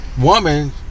woman